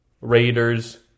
Raiders